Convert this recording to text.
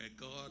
God